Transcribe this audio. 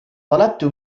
طلبت